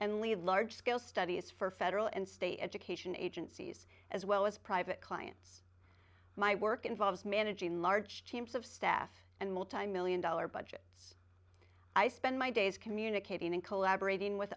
and lead large scale studies for federal and state education agencies as well as private clients my work involves managing large teams of staff and multimillion dollar budgets i spend my days communicating and collaborating with